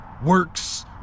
works